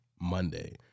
Monday